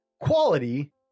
quality